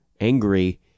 angry